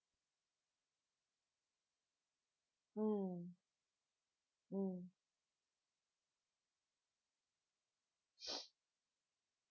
mm mm